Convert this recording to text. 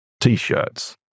T-shirts